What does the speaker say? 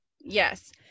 Yes